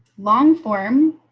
long form.